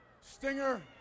Stinger